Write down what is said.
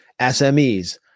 SMEs